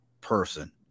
person